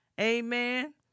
Amen